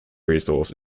resource